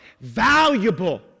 valuable